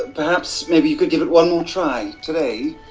perhaps maybe you could give it one more try today?